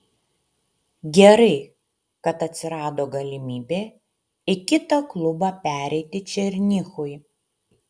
gerai kad atsirado galimybė į kitą klubą pereiti černychui